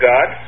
God